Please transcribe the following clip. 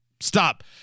Stop